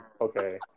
okay